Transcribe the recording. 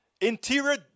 Interior